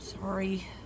Sorry